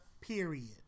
period